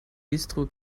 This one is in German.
bistro